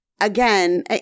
again